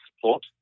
support